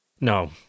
No